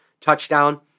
touchdown